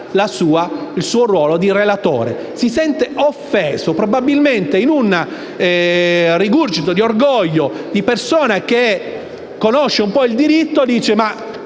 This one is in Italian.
dal ruolo di relatore. Si sente offeso, probabilmente in un rigurgito di orgoglio di persona che conosce un po' il diritto si